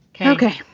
Okay